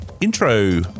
intro